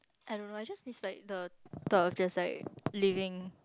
I don't know I just miss like the the just like living